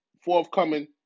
forthcoming